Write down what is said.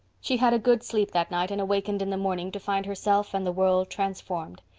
she had a good sleep that night and awakened in the morning to find herself and the world transformed.